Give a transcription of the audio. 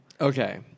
Okay